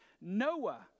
Noah